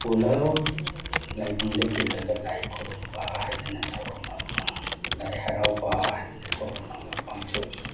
ꯄꯨꯜꯂꯞ ꯂꯥꯏꯕꯨꯡꯗ ꯇꯤꯜꯂꯒ ꯂꯥꯏ ꯈꯣꯏꯔꯨꯝꯕ ꯍꯥꯏꯗꯅ ꯊꯧꯔꯝ ꯑꯃ ꯂꯥꯏ ꯍꯔꯥꯎꯕ ꯍꯥꯏꯗꯅ ꯊꯧꯔꯝ ꯑꯃ ꯄꯥꯡꯊꯣꯛꯏ